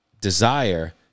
desire